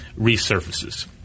resurfaces